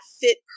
fit